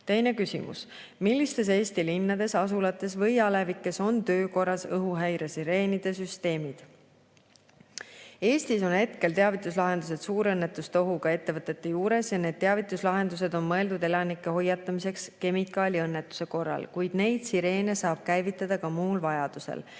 Teine küsimus: "Millistes Eesti linnades, asulates või alevikes on töökorras õhuhäiresireenide süsteemid?" Eestis on teavituslahendused suurõnnetuste ohuga ettevõtete juures. Need teavituslahendused on mõeldud elanike hoiatamiseks kemikaaliõnnetuse korral, kuid neid sireene saab käivitada ka muu vajaduse